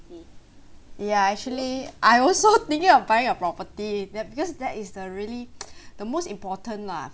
ya actually I also thinking of buying a property that because that is the really the most important lah